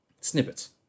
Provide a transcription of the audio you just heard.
snippets